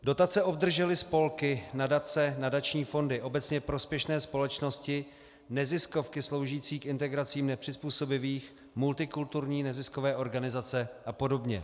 Dotace obdržely spolky, nadace, nadační fondy, obecně prospěšné společnosti, neziskovky sloužící k integraci nepřizpůsobivých, multikulturní neziskové organizace apod.